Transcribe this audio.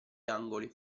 angoli